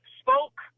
spoke